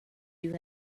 you